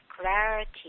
clarity